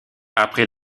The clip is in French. après